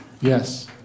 Yes